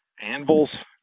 anvils